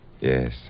Yes